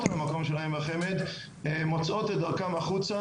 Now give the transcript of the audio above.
על המקום שלהן בחמ"ד מוצאות את דרכן החוצה,